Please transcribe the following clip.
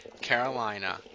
Carolina